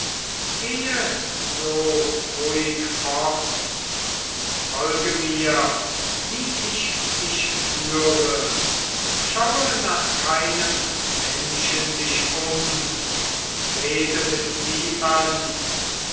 gehe so ruhig fort und folge mir wie ich dich führe schaue nach keinem menschen dich um und rede mit niemand